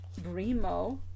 Brimo